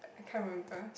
I can't remember